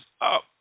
up